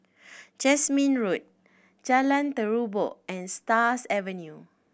Jasmine Road Jalan Terubok and Stars Avenue